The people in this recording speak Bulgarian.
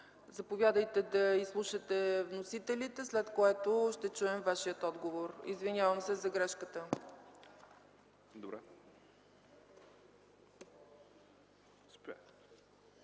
Заповядайте да изслушате вносителите, след което ще чуем Вашия отговор. Извинявам се за грешката. Заповядайте,